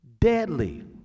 deadly